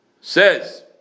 says